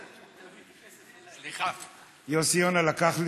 כך הייתי אומר, רקח את